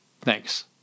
Thanks